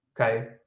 Okay